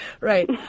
Right